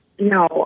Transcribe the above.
No